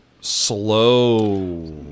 slow